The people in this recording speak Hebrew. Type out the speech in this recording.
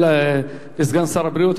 מודה לסגן שר הבריאות.